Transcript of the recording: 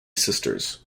sisters